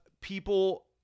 people